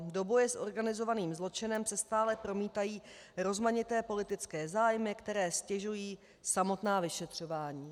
Do boje s organizovaným zločinem se stále promítají rozmanité politické zájmy, které ztěžují samotná vyšetřování.